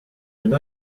une